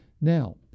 Now